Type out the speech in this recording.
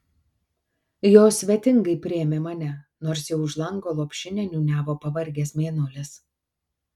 jos svetingai priėmė mane nors jau už lango lopšinę niūniavo pavargęs mėnulis